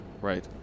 right